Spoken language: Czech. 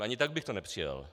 Ani tak bych to nepřijal.